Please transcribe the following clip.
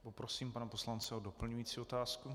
Poprosím pana poslance o doplňující otázku.